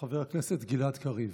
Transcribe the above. חבר הכנסת גלעד קריב,